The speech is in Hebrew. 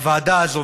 הוועדה הזאת,